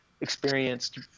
experienced